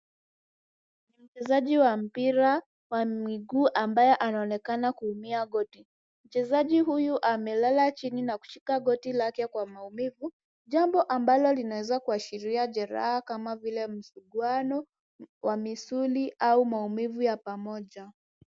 Kuna mchezaji wa mpira wa miguu ambaye anaonekana kuumia goti. Mchezaji huyu amelala chini na kushika goti lake kwa maumivu, jambo ambalo linaweza kuashiria jeraha kama vile msuguano wa misuli au maumivu ya pamoja.